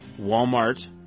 Walmart